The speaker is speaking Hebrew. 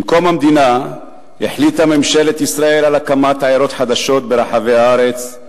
עם קום המדינה החליטה ממשלת ישראל על הקמת עיירות חדשות ברחבי הארץ,